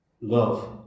love